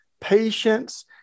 patience